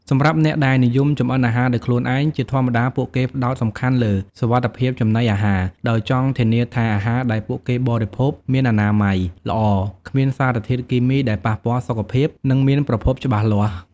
សម្រាប់អ្នកដែលនិយមចម្អិនអាហារដោយខ្លួនឯង ជាធម្មតាពួកគេផ្ដោតសំខាន់លើ សុវត្ថិភាពចំណីអាហារ ដោយចង់ធានាថាអាហារដែលពួកគេបរិភោគមានអនាម័យល្អ គ្មានសារធាតុគីមីដែលប៉ះពាល់សុខភាព និងមានប្រភពច្បាស់លាស់។